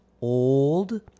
old